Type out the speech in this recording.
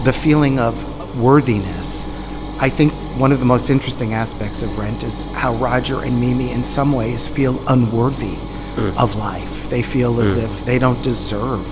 the feeling of ah worthiness i think one of the most interesting aspects of rent is how roger and mimi in some ways feel unworthy of life. they feel as if they don't deserve